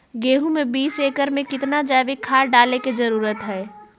गेंहू में बीस एकर में कितना जैविक खाद डाले के जरूरत है?